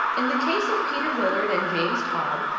in the case of peter willard and james todd,